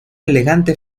elegante